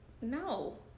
No